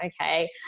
Okay